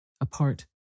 Apart